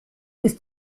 ist